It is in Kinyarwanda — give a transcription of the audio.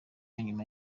nyuma